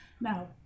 Now